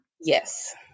Yes